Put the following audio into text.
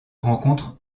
rencontre